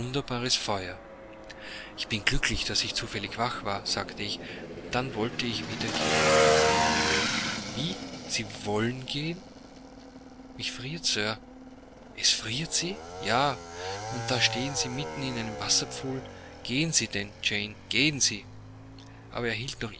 ich bin glücklich daß ich zufällig wach war sagte ich dann wollte ich wieder gehen wie sie wollen gehen mich friert sir es friert sie ja und da stehen sie mitten in einem wasserpfuhl gehen sie denn jane gehen sie aber er